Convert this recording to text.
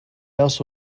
also